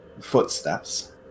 footsteps